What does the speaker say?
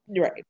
Right